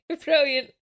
brilliant